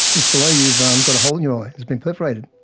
mr lowe, you've um got a hole in your eye, it's been perforated,